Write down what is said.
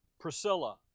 Priscilla